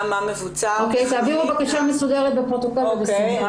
גם המבוצע --- תעבירו בקשה מסודרת בפרוטוקול ובשמחה.